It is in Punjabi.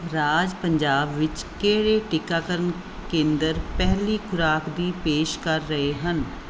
ਰਾਜ ਪੰਜਾਬ ਵਿੱਚ ਕਿਹੜੇ ਟੀਕਾਕਰਨ ਕੇਂਦਰ ਪਹਿਲੀ ਖੁਰਾਕ ਦੀ ਪੇਸ਼ ਕਰ ਰਹੇ ਹਨ